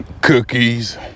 cookies